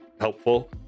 helpful